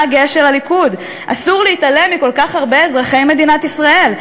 הגאה של הליכוד: אסור להתעלם מכל כך הרבה אזרחי מדינת ישראל.